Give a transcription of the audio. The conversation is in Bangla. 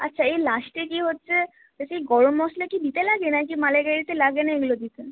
আচ্ছা এই লাস্টে কী হচ্ছে বলছি গরম মশলা কি দিতে লাগে না কি মালাইকারীতে লাগে না এগুলো দিতে